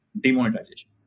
demonetization